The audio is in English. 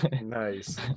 Nice